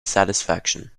satisfaction